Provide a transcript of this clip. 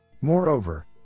Moreover